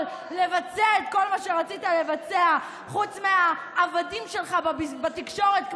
ולבצע את כל מה שרצית לבצע חוץ מהעבדים שלך בתקשורת,